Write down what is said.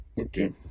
Okay